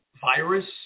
virus